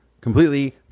completely